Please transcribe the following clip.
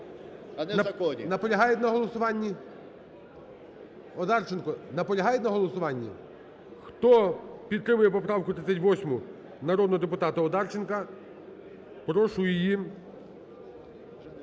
ГОЛОВУЮЧИЙ. Наполягають на голосуванні? Одарченко, наполягають на голосуванні? Хто підтримує поправку 38 народного депутата Одарченка, прошу її